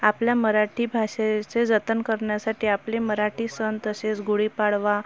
आपल्या मराठी भाषेचे जतन करण्यासाठी आपले मराठी सण तसेच गुढीपाडवा